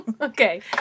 Okay